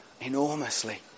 enormously